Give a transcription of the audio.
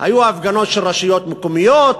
היו הפגנות של רשויות מקומיות.